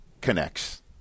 connects